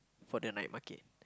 for the night market